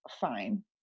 fine